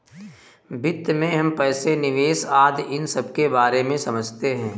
वित्त में हम पैसे, निवेश आदि इन सबके बारे में समझते हैं